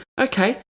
Okay